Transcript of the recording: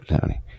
Tony